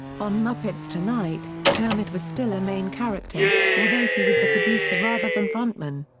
on muppets tonight, kermit was still a main character, although he was the producer rather than frontman.